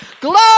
Glory